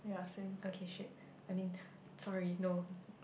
okay shit I mean sorry no